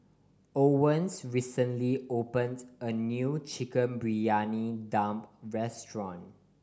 Owens recently opened a new Chicken Briyani Dum restaurant